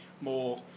more